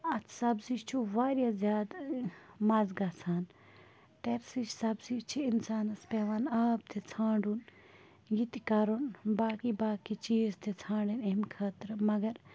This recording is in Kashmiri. اَتھ سبزی چھُ واریاہ زیادٕ مَزٕ گژھان ٹٮ۪رِسٕچ سبزی چھِ اِنسانَس پٮ۪وان آب تہِ ژھانٛڈُن یہِ تہِ کَرُن باقٕے باقٕے چیٖز تہِ ژھانٛڈٕنۍ اَمہِ خٲطر مگر